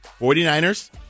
49ers